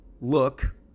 look